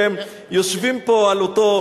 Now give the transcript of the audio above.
והם יושבים פה על אותו,